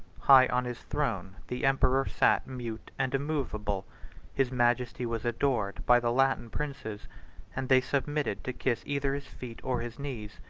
high on his throne, the emperor sat mute and immovable his majesty was adored by the latin princes and they submitted to kiss either his feet or his knees,